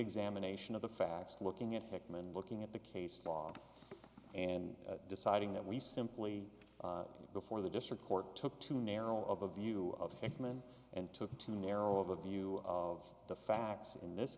examination of the facts looking at heckman looking at the case law and deciding that we simply before the district court took too narrow of a view of human and took too narrow a view of the facts in this